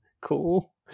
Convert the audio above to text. cool